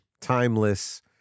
timeless